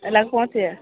अलग कोन चीज